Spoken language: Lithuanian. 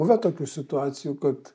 buvę tokių situacijų kad